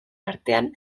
artean